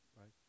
right